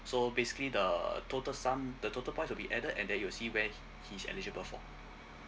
so basically the total sum the total point will be added and then you'll see where he he's eligible for